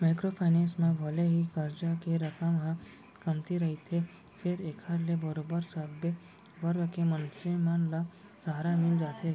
micro finance म भले ही करजा के रकम ह कमती रहिथे फेर एखर ले बरोबर सब्बे वर्ग के मनसे मन ल सहारा मिल जाथे